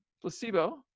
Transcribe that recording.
placebo